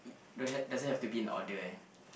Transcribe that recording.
it don't ha~ doesn't have to be in order eh